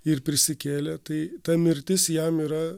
ir prisikėlė tai ta mirtis jam yra